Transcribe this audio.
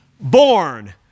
born